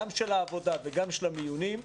גם של העבודה וגם של המיונים,